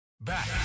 back